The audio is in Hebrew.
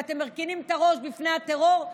ואתם מרכינים את הראש בפני הטרור,